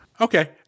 Okay